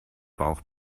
bauch